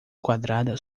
quadrada